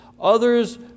others